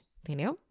entendeu